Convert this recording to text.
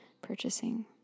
purchasing